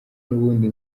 nubundi